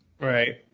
Right